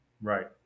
Right